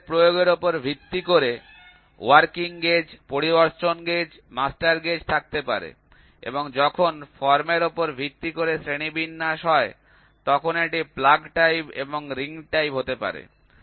তোমাদের প্রয়োগের উপর ভিত্তি করে ওয়ার্কিং গেজ পরিদর্শন গেজ মাস্টার গেজ থাকতে পারে এবং যখন ফর্মের উপর ভিত্তি করে শ্রেণিবিন্যাস হয় তখন এটি প্লাগ টাইপ এবং রিং টাইপ হতে পারে